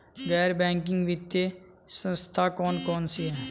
गैर बैंकिंग वित्तीय संस्था कौन कौन सी हैं?